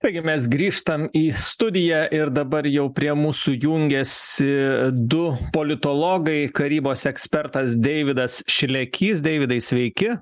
taigi mes grįžtam į studiją ir dabar jau prie mūsų jungiasi du politologai karybos ekspertas deividas šlekys deividai sveiki